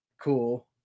cool